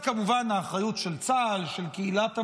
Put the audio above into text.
כמובן, בצד האחריות של צה"ל, של קהילת המודיעין,